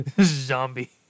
Zombie